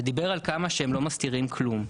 ודיבר על כמה שהם לא מסתירים כלום.